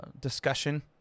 discussion